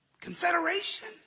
confederation